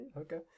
okay